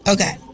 Okay